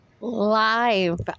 live